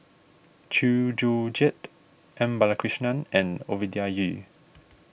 Chew Joo Chiat M Balakrishnan and Ovidia Yu